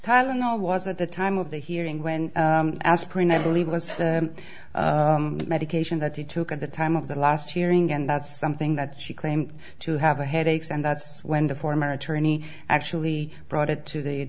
tylenol was at the time of the hearing when aspirin i believe was the medication that he took at the time of the last hearing and that's something that she claimed to have a headaches and that's when the former attorney actually brought it to the